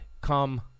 come